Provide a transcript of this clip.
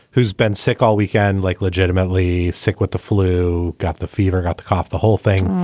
who's been sick all weekend, like legitimately sick with the flu. got the fever, got the cough, the whole thing.